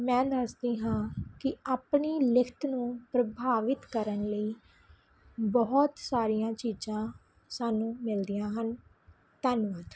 ਮੈਂ ਦੱਸਦੀ ਹਾਂ ਕਿ ਆਪਣੀ ਲਿਖਤ ਨੂੰ ਪ੍ਰਭਾਵਿਤ ਕਰਨ ਲਈ ਬਹੁਤ ਸਾਰੀਆਂ ਚੀਜ਼ਾਂ ਸਾਨੂੰ ਮਿਲਦੀਆਂ ਹਨ ਧੰਨਵਾਦ